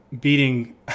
beating